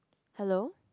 hello